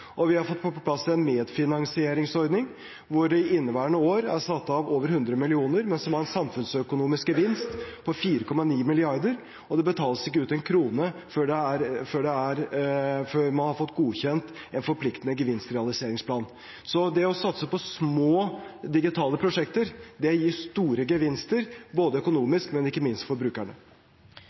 og vi har fått på plass en medfinansieringsordning, hvor det i inneværende år er satt av over 100 mill. kr, men som har en samfunnsøkonomisk gevinst på 4,9 mrd. kr – og det betales ikke ut en krone før man har fått godkjent en forpliktende gevinstrealiseringsplan. Så det å satse på små digitale prosjekter gir store gevinster både økonomisk og ikke minst